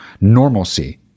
normalcy